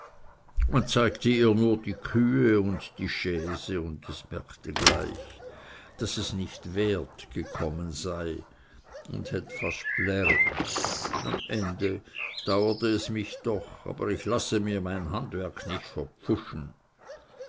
man zeigte ihr nur die kühe und die chaise und es merkte gleich daß es nicht wert gekommen sei und het fast pläret am ende dauerte es mich doch aber ich lasse mir mein handwerk nicht